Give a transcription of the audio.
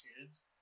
kids